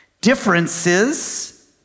Differences